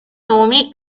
nomi